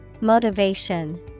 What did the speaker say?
Motivation